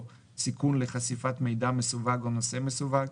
סיכון לחשיפת מידע מסווג או נושא מסווג,